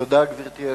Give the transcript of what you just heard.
גברתי היושבת-ראש,